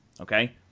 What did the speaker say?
Okay